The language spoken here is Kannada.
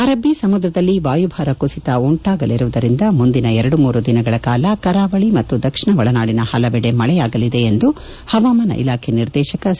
ಅರಬ್ಬ ಸಮುದ್ರದಲ್ಲಿ ವಾಯುಭಾರ ಕುಸಿತ ಉಂಟಾಗಲಿರುವುದರಿಂದ ಮುಂದಿನ ಎರಡು ಮೂರು ದಿನಗಳ ಕಾಲ ಕರಾವಳಿ ಮತ್ತು ದಕ್ಷಿಣ ಒಳನಾಡಿನ ಹಲವೆಡೆ ಮಳೆಯಾಗಲಿದೆ ಎಂದು ಹವಾಮಾನ ಇಲಾಖೆ ನಿರ್ದೇಶಕ ಸಿ